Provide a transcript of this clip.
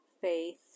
faith